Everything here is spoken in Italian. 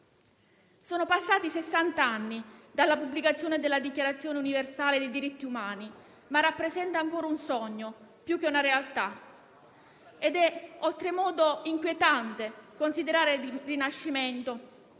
Sono passati sessant'anni dalla pubblicazione della Dichiarazione universale dei diritti umani, che però rappresenta ancora un sogno più che una realtà. Inoltre, è oltremodo inquietante considerare come rinascimento